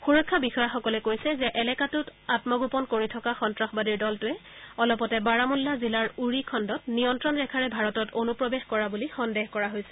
সুৰক্ষা বিষয়াসকলে কৈছে যে এলেকাটোত আন্মগোপন কৰি থকা সন্তাসবাদীৰ দলটোৱে অলপতে বাৰামুল্লা জিলাৰ উৰিখণ্ডত নিয়ন্ত্ৰণ ৰেখাৰে ভাৰতত অনুপ্ৰৱেশ কৰা বুলি সন্দেহ কৰা হৈছে